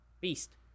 Beast